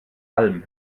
alm